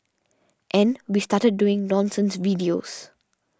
and we started doing nonsense videos